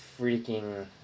freaking